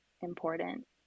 important